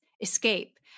escape